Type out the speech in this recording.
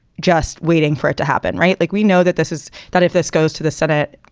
just waiting for it to happen. right. like we know that this is that if this goes to the senate,